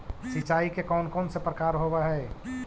सिंचाई के कौन कौन से प्रकार होब्है?